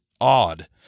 odd